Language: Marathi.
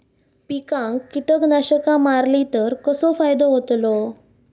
पिकांक कीटकनाशका मारली तर कसो फायदो होतलो?